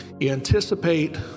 Anticipate